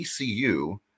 ECU